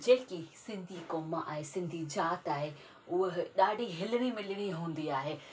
जेकी सिंधी कोमु आहे सिंधी जात आहे उहा ॾाढी हिलिणी मिलिणी हूंदी आहे